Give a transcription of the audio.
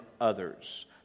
others